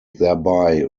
thereby